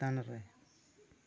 ᱪᱮᱛᱟᱱᱨᱮ